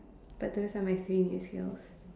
but those are my three new skills